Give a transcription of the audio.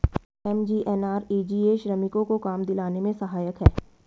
MGNREGA श्रमिकों को काम दिलाने में सहायक है